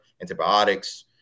Antibiotics